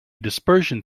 dispersion